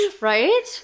Right